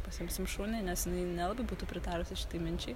pasiimsim šunį nes jinai nelabai būtų pritarusi štai minčiai